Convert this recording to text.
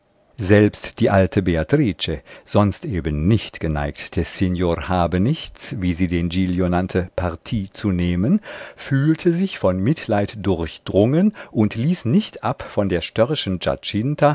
selbst die alte beatrice sonst eben nicht geneigt des signor habenichts wie sie den giglio nannte partie zu nehmen fühlte sich von mitleid durchdrungen und ließ nicht ab von der